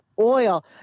oil